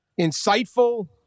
insightful